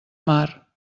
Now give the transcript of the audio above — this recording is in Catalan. mar